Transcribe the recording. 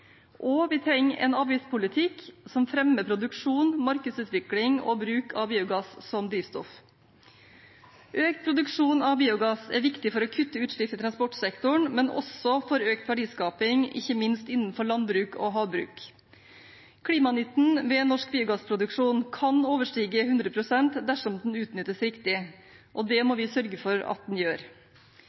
2018. Vi trenger også en avgiftspolitikk som fremmer produksjon, markedsutvikling og bruk av biogass som drivstoff. Økt produksjon av biogass er viktig for å kutte utslipp i transportsektoren, men også for økt verdiskaping, ikke minst innenfor landbruk og havbruk. Klimanytten ved norsk biogassproduksjon kan overstige 100 pst. dersom den utnyttes riktig, og det må vi sørge for at den gjør.